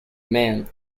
man